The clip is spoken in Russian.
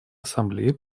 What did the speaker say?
ассамблеи